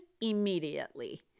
immediately